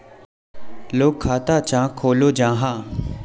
लोग खाता चाँ खोलो जाहा?